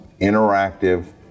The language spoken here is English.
interactive